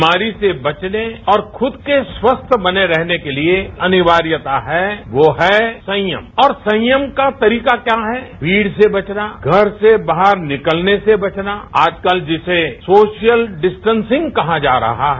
बीमारी से बचने और खुद के स्वस्थ्य बने रहने के लिए अनिवार्यता है वो है संयम और संयम का तरीका क्या है भीड़ से बचना घर से बाहर निकलने से बचना आज कल जिसे सोशल डिस्टेंससिंग कहा जा रहा है